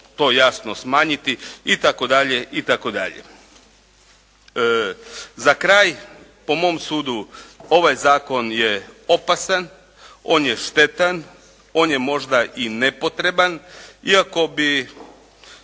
to jasno smanjiti itd. Za kraj, po mom sudu ovaj zakon je opasan, on je štetan, on je možda i nepotreban iako bi